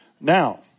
Now